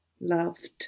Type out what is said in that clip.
loved